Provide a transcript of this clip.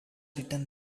written